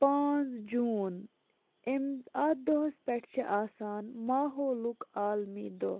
پانٛژھ جوٗن امۍ اَتھ دۄہَس پٮ۪ٹھ چھ آسان ماحولُک عالمی دۄہ